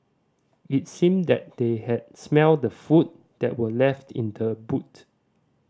it seemed that they had smelt the food that were left in the boot